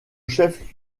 chef